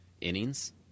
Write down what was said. innings